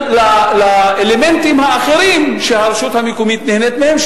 האלמנטים האחרים שהרשות המקומית נהנית מהם,